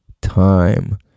time